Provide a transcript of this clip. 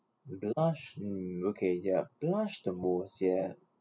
blush mm okay ya blush the most ya